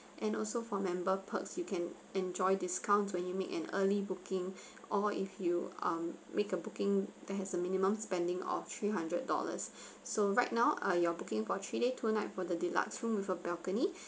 and also for member perks you can enjoy discounts when you make an early booking or if you um make a booking that has a minimum spending of three hundred dollars so right now err you are booking for three day two night for the deluxe room with a balcony